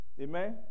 Amen